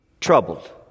troubled